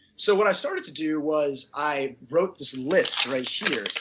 so what i started to do was i wrote this list right here.